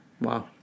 Wow